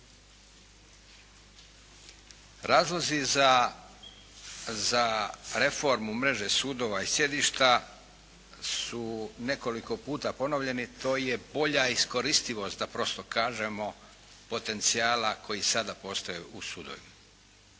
Razlozi za reformu mreže sudova i sjedišta su nekoliko puta ponovljeni. To je bolja iskoristivost da prosto kažemo potencijala koji sada postoje u sudovima.